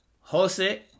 Jose